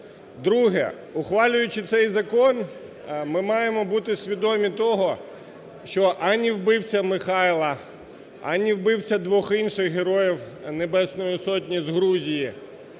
Друге. Ухвалюючи цей закон, ми маємо бути свідомі того, що ані вбивця Михайла, ані вбивця двох інших Героїв Небесної Сотні з Грузії,